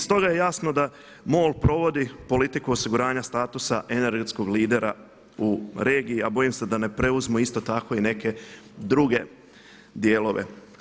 Stoga je jasno da MOL provodi politiku osiguranja statusa energetskog lidera u regiji, a bojim se da ne preuzmu isto tako i neke druge dijelove.